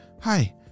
Hi